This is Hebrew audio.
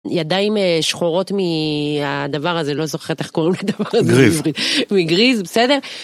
ידיים שחורות מהדבר הזה, לא זוכרת איך קוראים לדבר הזה בעברית. גריז. מגריז, בסדר?